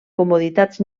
comoditats